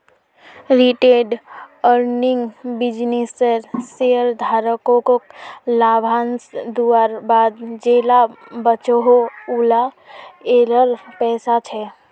retained earning बिज्नेसेर शेयरधारकोक लाभांस दुआर बाद जेला बचोहो उला आएर पैसा छे